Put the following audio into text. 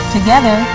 Together